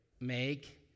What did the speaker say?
make